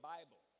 Bible